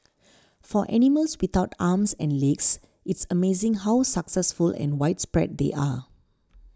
for animals without arms and legs it's amazing how successful and widespread they are